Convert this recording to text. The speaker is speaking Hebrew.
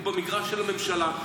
הוא במגרש של הממשלה.